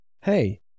hey